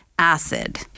Acid